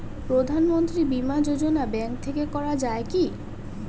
প্রধানমন্ত্রী বিমা যোজনা ব্যাংক থেকে করা যায় কি?